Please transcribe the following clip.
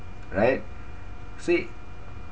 right see